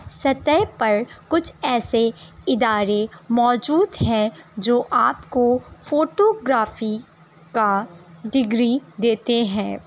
سطح پر کچھ ایسے ادارے موجود ہیں جو آپ کو فوٹو گرافی کا ڈگری دیتے ہیں